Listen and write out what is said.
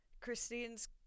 Christine's